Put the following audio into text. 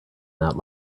that